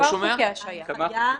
הנחיה ונהלים.